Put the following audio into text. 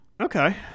Okay